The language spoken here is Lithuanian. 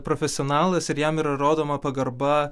profesionalas ir jam yra rodoma pagarba